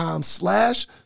slash